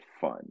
fun